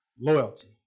loyalty